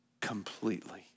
completely